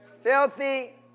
Filthy